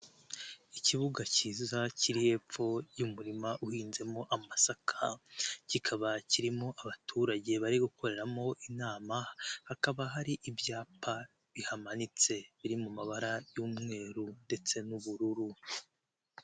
Ikibuga cyiza kiri hepfo y'umurima uhinzemo amasaka kikaba kirimo abaturage bari gukoreramo inama, hakaba hari ibyapa bihamanitse biri mu mabara y'umweru ndetse n'ubururu.